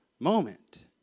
moment